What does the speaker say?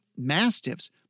mastiffs